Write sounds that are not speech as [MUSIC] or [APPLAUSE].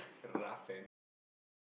rough and tough [LAUGHS]